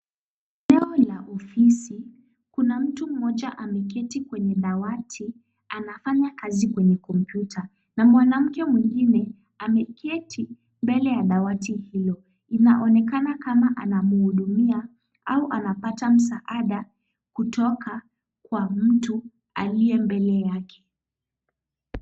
Eneo la ofisi. Kuna mtu mmoja ameketi kwenye dawati anafanya kazi kwenye kompyuta na mwanamke mwingine ameketi mbele ya dawati hilo. Inaonekana kama anamhudumia au anapata msaada kutoka ka mtu alye mbele yake.